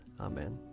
Amen